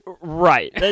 Right